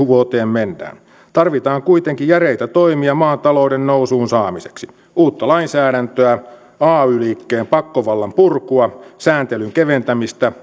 vuoteen mennään tarvitaan kuitenkin järeitä toimia maan talouden nousuun saamiseksi uutta lainsäädäntöä ay liikkeen pakkovallan purkua sääntelyn keventämistä